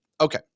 Okay